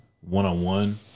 one-on-one